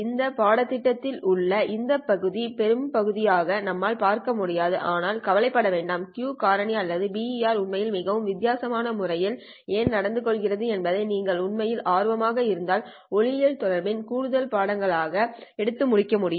இந்த பாடத்திட்டத்தில் உள்ள இந்த பகுதி பெரும்பகுதியை நம்மால் பார்க்க முடியாது ஆனால் கவலைப்பட வேண்டாம் Q காரணி அல்லது BER உண்மையில் மிகவும் வித்தியாசமான முறையில் ஏன் நடந்துகொள்கிறது என்பதில் நீங்கள் உண்மையிலேயே ஆர்வமாக இருந்தால் ஒளியியல் தொடர்பு இல் கூடுதல் பாடங்களை எடுத்து படிக்க முடியும்